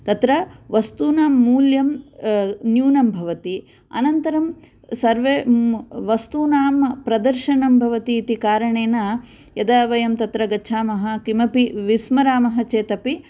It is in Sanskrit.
तत्र वस्तूनां मूल्यं न्यूनं भवति अनन्तरं सर्वे वस्तूनां प्रदर्शनं भवति इति करणेन यदा वयं तत्र गच्छामः किमपि विस्मरामः चेत् अपि